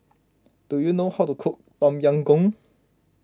do you know how to cook Tom Yam Goong